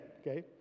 Okay